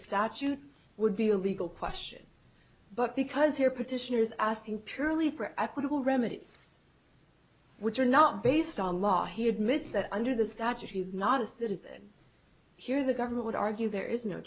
statute would be a legal question but because here petitioner is asking purely for equitable remedy which are not based on law he admits that under the statute he's not a citizen here the government would argue there is no